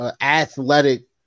athletic